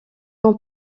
ans